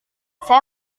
saya